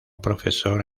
profesor